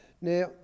Now